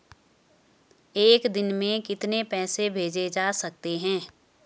एक दिन में कितने पैसे भेजे जा सकते हैं?